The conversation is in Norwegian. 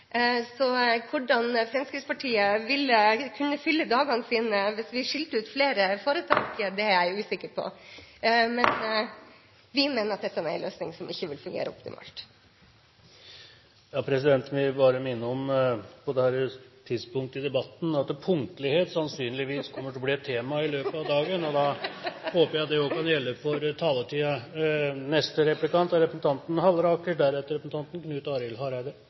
Hvordan Fremskrittspartiet ville kunne fylle dagene sine hvis vi skilte ut flere foretak, er jeg usikker på. Vi mener at dette er en løsning som ikke vil fungere optimalt. Presidenten vil på dette tidspunktet i debatten minne om at punktlighet sannsynligvis kommer til å bli et tema i løpet av dagen, og da håper jeg det også kan gjelde for taletiden. Jeg har bare lyst til å si til Bjørnflaten at denne virkelighetsbeskrivelsen, og historiebeskrivelsen, er